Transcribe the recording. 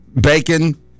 bacon